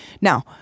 Now